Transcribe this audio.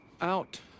Out